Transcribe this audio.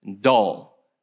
dull